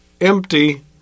empty